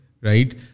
Right